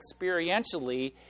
experientially